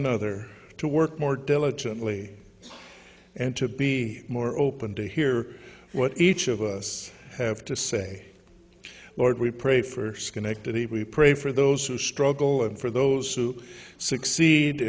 another to work more diligently and to be more open to hear what each of us have to say lord we pray for schenectady we pray for those who struggle and for those who succeed